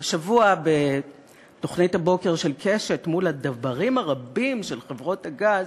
השבוע בתוכנית הבוקר של "קשת" מול הדַבָּרים הרבים של חברות הגז,